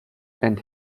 and